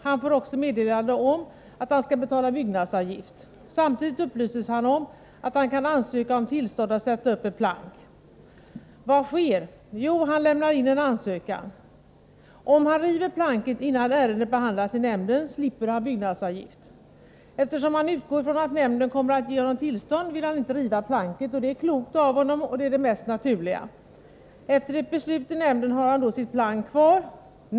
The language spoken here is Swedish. Han får också meddelande om att han skall betala byggnadsavgift. Samtidigt upplyses han om att han kan ansöka om tillstånd att sätta upp ett plank. Vad sker? Jo, han lämnar in en ansökan. Om han river planket innan ärendet behandlas i nämnden, slipper han byggnadsavgift. Eftersom han utgår ifrån att nämnden kommer att ge honom tillstånd, vill han inte riva planket. Det är klokt av honom, och det är det mest naturliga. Efter ett beslut i nämnden har han då sitt plank kvar.